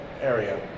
area